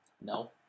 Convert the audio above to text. No